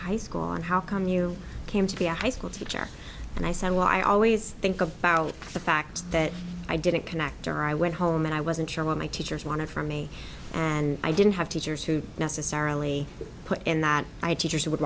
tie school on how come you came to be a high school teacher and i said well i always think about the fact that i didn't connect or i went home and i wasn't sure what my teachers want to for me and i didn't have teachers who necessarily put in that i had teachers w